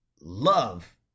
love